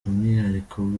umwihariko